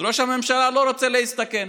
אז ראש הממשלה לא רוצה להסתכן